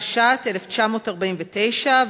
התש"ט 1949,